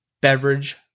beverage